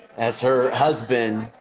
as her husband,